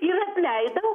ir atleidau